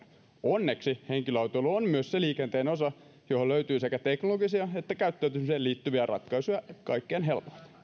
onneksi henkilöautoilu on myös se liikenteen osa johon löytyy sekä teknologisia että käyttäytymiseen liittyviä ratkaisuja kaikkein helpoiten